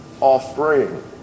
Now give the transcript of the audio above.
offspring